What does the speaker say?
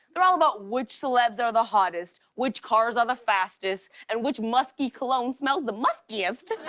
they're all about which celebs are the hottest, which cars are the fastest, and which musky cologne smells the muskiest.